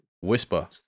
Whisper